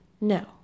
No